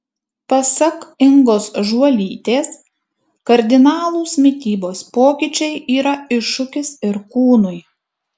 pasak ingos žuolytės kardinalūs mitybos pokyčiai yra iššūkis ir kūnui